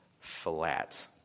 flat